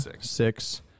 Six